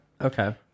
okay